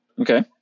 Okay